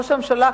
ראש הממשלה,